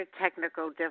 technical